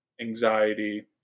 anxiety